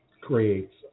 creates